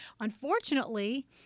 Unfortunately